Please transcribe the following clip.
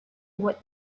what